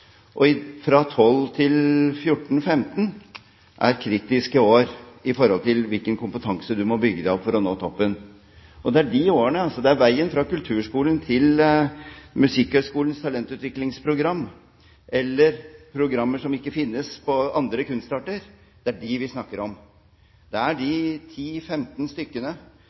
10–12 år. Fra 12 til 14–15 er kritiske år i forhold til hvilken kompetanse du må bygge opp for å nå toppen. Det er de årene – det er veien fra kulturskolen til Musikkhøyskolens talentutviklingsprogram, eller programmer som ikke finnes på andre kunstarter – vi snakker om. Det er de 10–15 stykkene